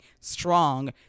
strong